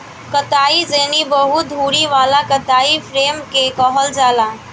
कताई जेनी बहु धुरी वाला कताई फ्रेम के कहल जाला